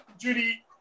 Judy